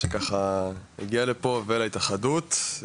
שככה הגיעה לפה ולהתאחדות.